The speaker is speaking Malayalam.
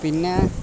പിന്നെ